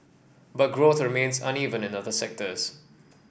but growth remains uneven in other sectors